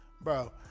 bro